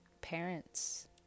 parents